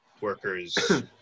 workers